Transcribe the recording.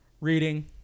reading